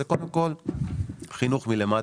זה קודם כל חינוך מלמטה,